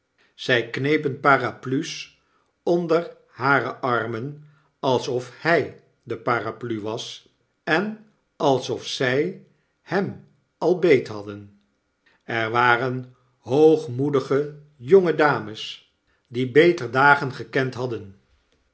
zy knepen paraplu's onder hare armen alsof h y de paraplu was en alsof zy hem al beethadden er waren hoogmoedige jonge dames die beter dagen gekend hadden